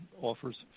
offers